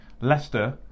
Leicester